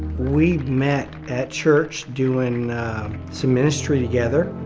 we met at church doing some ministry together.